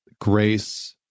grace